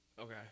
Okay